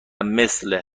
مثل